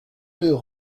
deux